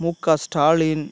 முக ஸ்டாலின்